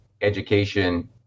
education